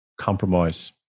compromise